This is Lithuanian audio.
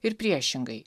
ir priešingai